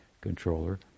controller